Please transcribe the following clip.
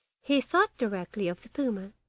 he thought directly of the puma,